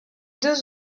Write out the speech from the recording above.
deux